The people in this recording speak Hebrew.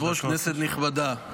כבוד היושב-ראש, כנסת נכבדה,